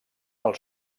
els